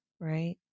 Right